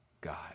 God